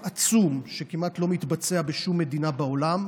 עצום שכמעט לא מתבצע בשום מדינה בעולם,